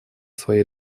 своей